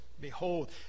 behold